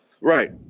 Right